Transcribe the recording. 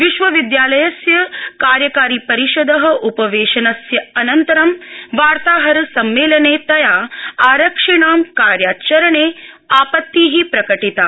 विश्वविदयालयस्य कार्यकारिपरिषद उपवेशनस्य अनन्तरं वार्ताहरसम्मेलने तया आरक्षिणां कार्याचरणे आपति प्रकटिता